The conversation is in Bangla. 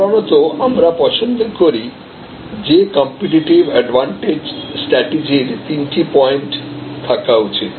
সাধারণত আমরা পছন্দ করি যে কম্পিটিটিভ অ্যাডভান্টেজ স্ট্যাটিজির তিনটি পয়েন্ট থাকা উচিত